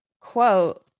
quote